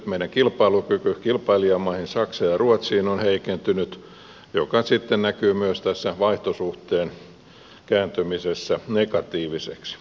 meidän kilpailukykymme kilpailijamaihin saksaan ja ruotsiin nähden on heikentynyt mikä sitten näkyy myös tässä vaihtosuhteen kääntymisessä negatiiviseksi